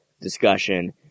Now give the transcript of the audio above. discussion